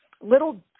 little